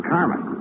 Carmen